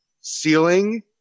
ceiling